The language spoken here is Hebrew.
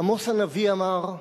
עמוס הנביא אמר: